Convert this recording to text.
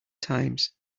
times